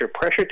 pressure